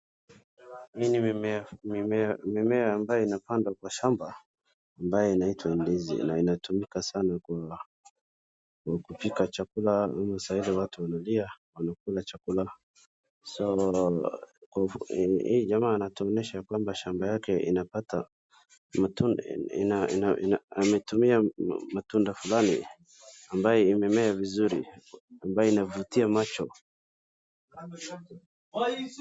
Mimea ambayo imepandwa kwa shamba ni ndizi na hutumika kwa aina mbalimbali kama kupikwa.